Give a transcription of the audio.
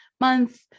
month